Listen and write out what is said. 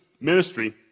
Ministry